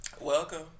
Welcome